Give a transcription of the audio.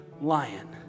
lion